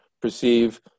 perceive